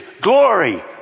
glory